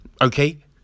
Okay